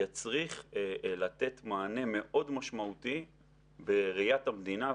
יצריך לתת מענה מאוד משמעותית בראיית המדינה,